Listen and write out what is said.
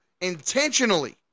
intentionally